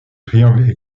triangle